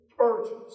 urgent